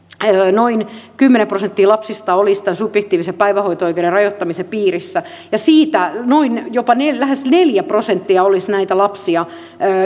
noin kymmenen prosenttia lapsista olisi tämän subjektiivisen päivähoito oikeuden rajoittamisen piirissä ja siitä jopa lähes neljä prosenttia olisi näitä lapsia